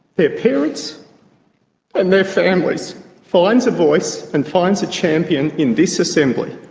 their parents and their families finds a voice and finds a champion in this assembly.